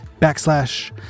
backslash